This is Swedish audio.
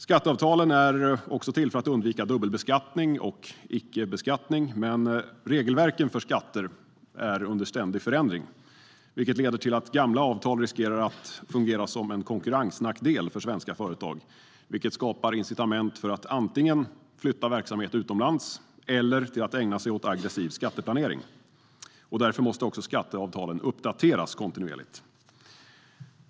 Skatteavtalen är också till för att undvika dubbelbeskattning och ickebeskattning. Men regelverken för skatter är under ständig förändring. Det leder till att gamla avtal riskerar att fungera som en konkurrensnackdel för svenska företag, vilket skapar incitament för att antingen flytta verksamhet utomlands eller ägna sig åt aggressiv skatteplanering. Därför måste skatteavtalen uppdateras kontinuerligt.